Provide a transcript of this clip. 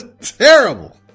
Terrible